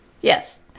Yes